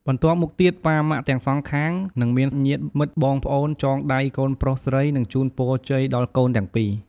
បន្ទាប់់មកទៀតប៉ាម៉ាក់ទាំងសងខាង និងមានញាតិមិត្តបងប្អូនចងដៃកូនប្រុសស្រី និងជូនពរជ័យដល់កូនទាំងពីរ។